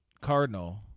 Cardinal